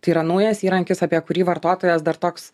tai yra naujas įrankis apie kurį vartotojas dar toks